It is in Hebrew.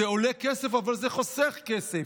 זה עולה כסף אבל זה חוסך כסף,